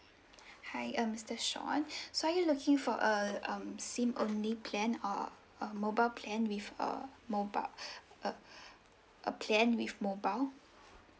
hi um mister sean so you are you looking for uh um SIM only plan or a mobile plan with err mobile uh a plan with mobile